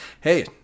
Hey